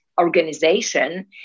organization